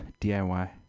DIY